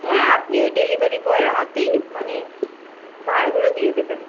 হ্যাঁ আপনি ওই ডেলিভারি বয়ের হাতেই মানে ভাঁড়গুলো দিয়ে দেবেন